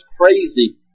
crazy